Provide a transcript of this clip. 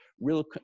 real